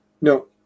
No